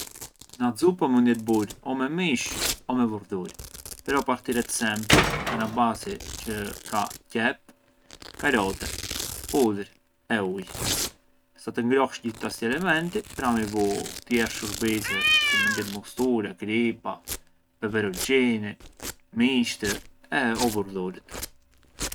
Na xupa mënd jetë burë me mish o me vurdhur però partiret sempri ka na basi çë ka qep, karote, hudhrë, sa të ngrohsh gjith sti elementi pra’ i vu tjerë shurbise si mënd jenë mustura, kripa, peperonçini misht e o vurdhura.